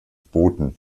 boten